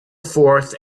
forth